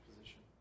position